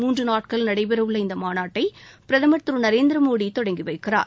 மூன்று நாட்கள் நடைபெற உள்ள இந்த மாநாட்டை பிரதமர் திரு நரேந்திர மோடி திறந்து வைக்கிறார்